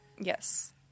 Yes